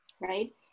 right